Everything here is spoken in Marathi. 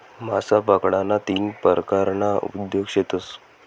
मासा पकडाना तीन परकारना उद्योग शेतस